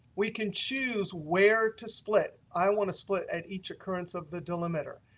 we can choose where to split. i want to split at each occurrence of the delimiter.